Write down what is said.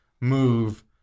move